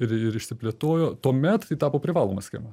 ir ir išsiplėtojo tuomet tai tapo privaloma schema